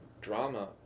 drama